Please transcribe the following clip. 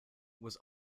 was